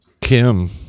Kim